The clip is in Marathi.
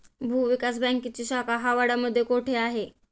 भूविकास बँकेची शाखा हावडा मध्ये कोठे आहे?